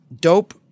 Dope